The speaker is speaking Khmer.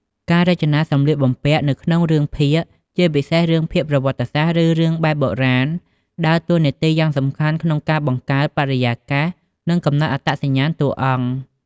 ការរចនាសម្លៀកបំពាក់នៅក្នុងរឿងភាគ ជាពិសេសរឿងភាគប្រវត្តិសាស្ត្រ ឬរឿងបែបបុរាណ ដើរតួនាទីយ៉ាងសំខាន់ក្នុងការបង្កើតបរិយាកាស និងកំណត់អត្តសញ្ញាណតួអង្គ។